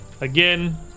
Again